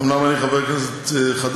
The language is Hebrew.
אומנם אני חבר כנסת חדש,